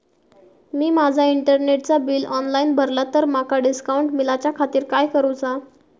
मी माजा इंटरनेटचा bill online भरला तर माका डिस्काउंट मिलाच्या खातीर काय करुचा?